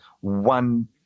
one